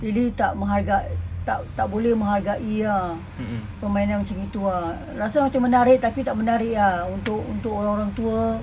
really tak mengharga~ tak tak boleh menghargai ah permainan macam gitu ah rasa macam menarik tapi tak menarik ah untuk untuk orang-orang tua